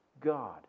God